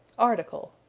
article.